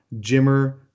Jimmer